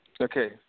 Okay